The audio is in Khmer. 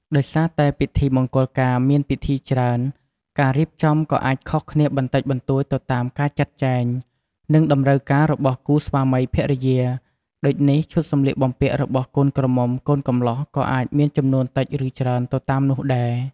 ដោយសារតែពិធីមង្គលការមានពិធីច្រើន ការរៀបចំក៏អាចខុសគ្នាបន្តិចបន្តួចទៅតាមការចាត់ចែង និងតម្រូវការរបស់គូស្វាមីភរិយា ដូចនេះ ឈុតសម្លៀកបំពាក់របស់កូនក្រមុំកូនកម្លោះក៏អាចមានចំនួនតិចឬច្រើនទៅតាមនោះដែរ។